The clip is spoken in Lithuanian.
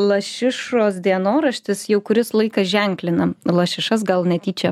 lašišos dienoraštis jau kuris laikas ženklinam lašišas gal netyčia